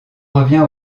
revient